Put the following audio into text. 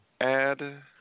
add